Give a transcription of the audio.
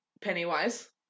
Pennywise